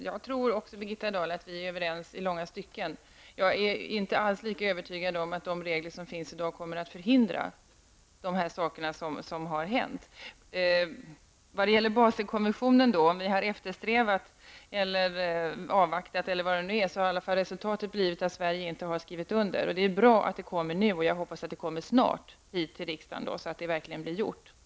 Herr talman! Också jag tror att vi är överens i långa stycken, Birgitta Dahl. Men jag är inte alls lika övertygad om att de regler som finns i dag kommer att förhindra att sådana här saker inträffar. Vad än regeringen har eftersträvat och avvaktat, eller vad det nu var, när det gäller Baselkonventionen, har resultatet i varje fall blivit att Sverige inte har skrivit under. Det är bra att ett sådant beslut nu kommer, och jag hoppas att en proposition snart kommer till riksdagen så att detta verkligen genomförs.